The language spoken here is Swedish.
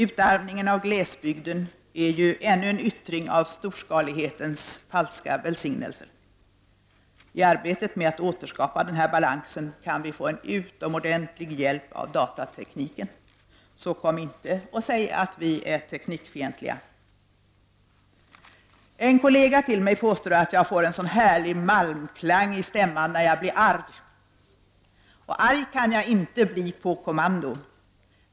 Utarmningen av glesbygden är ju ännu en yttring av storskalighetens falska välsignelser. I arbetet med att återskapa den här balansen kan datatekniken ge en utomordentlig hjälp, så kom inte och säg att vi är teknikfientliga! En kollega till mig påstår att jag får en sådan härlig malmklang i stämman när jag blir arg. Arg kan jag inte bli på kommando.